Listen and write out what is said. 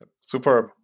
Superb